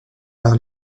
par